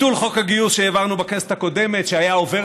ביטול חוק הגיוס שהעברנו בכנסת הקודמת שהיה עובר